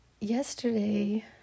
yesterday